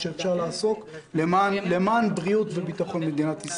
שאפשר לעשות למען בריאות וביטחון במדינת ישראל.